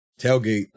Tailgate